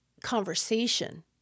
conversation